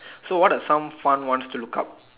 so what are some fun ones to look up